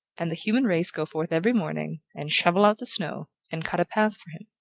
and the human race go forth every morning, and shovel out the snow, and cut a path for him.